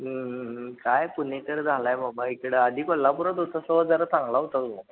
काय पुणेकर झाला आहे बाबा इकडं आधी कोल्हापुरात होतास तेव्हा जरा चांगला होतास बाबा